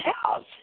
house